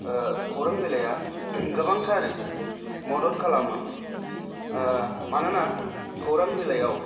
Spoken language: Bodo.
खौरां बिलाइया गोबांथार मदद खालामो मानोना खौरां बिलाइआव